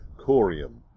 corium